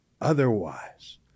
otherwise